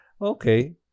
Okay